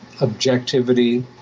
objectivity